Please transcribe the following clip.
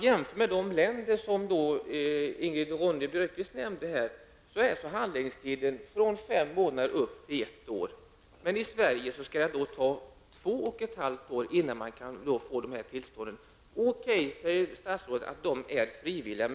I de länder som Ingrid Ronne Björkqvist nämnde är handläggningstiden från fem månader och upp till ett år, men i Sverige tar det två och ett halvt år innan man kan få dessa tillstånd. Okej, statsrådet säger att de är frivilliga.